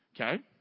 Okay